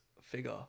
figure